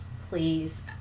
Please